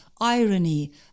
irony